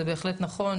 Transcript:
זה בהחלט נכון,